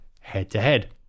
head-to-head